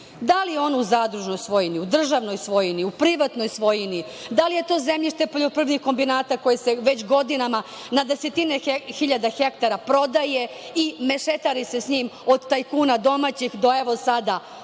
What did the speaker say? da li je ono u zadružnoj svojini, u državnoj svojini, u privatnoj svojini, da li je to zemljište poljoprivrednih kombinata, koje se već godinama na desetine hiljada hektara prodaje i mešetari se s njim od tajkuna domaćih do, evo, sada stranih